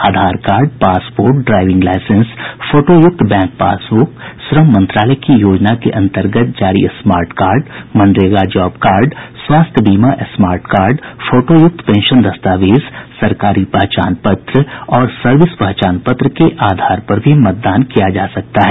आधार card passport driving licence फोटोयूक्त bank passbook श्रम मंत्रालय की योजना के अन्तर्गत जारी smart card MNREGA job card स्वास्थ्य बीमा स्मार्ट कार्ड फोटोयुक्त पेंशन दस्तावेज सरकारी पहचान पत्र और सर्विस पहचान पत्र के आधार पर भी मतदान किया जा सकता है